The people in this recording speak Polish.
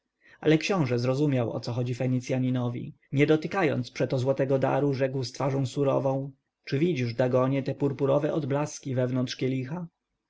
ale książę zrozumiał o co chodzi fenicjaninowi nie dotykając przeto złotego daru rzekł z twarzą surową czy widzisz dagonie te purpurowe odblaski wewnątrz kielicha